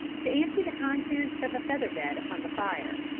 to empty the contents of a feather bed upon the fire.